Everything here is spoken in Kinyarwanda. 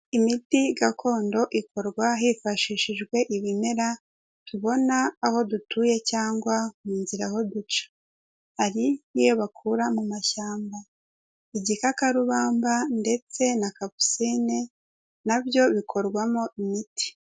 Imiti gakondo ikorwa hifashishijwe ibimera tubona aho dutuye cyangwa mu nzira aho duca. Hari n'iyo bakura mu mashyamba. Igikakarubamba ndetse na kapusine na byo bikorwamo imiti.